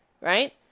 right